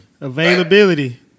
Availability